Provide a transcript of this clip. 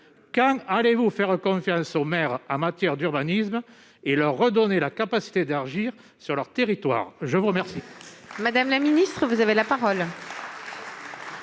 Quand allez-vous faire confiance aux maires en matière d'urbanisme et leur redonner la capacité d'agir sur leur territoire ? La parole